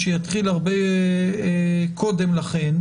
שיתחיל הרבה קודם לכן.